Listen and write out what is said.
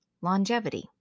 longevity